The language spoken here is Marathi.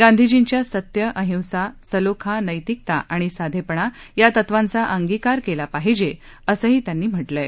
गांधीजींच्या सत्य अहिसा सलोखा नैतिकता आणि साधेपणा या तत्त्वांचा अंगिकार केला पाहिजे असं त्यांनी म्हटलंय